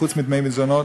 חוץ מדמי מזונות.